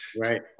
Right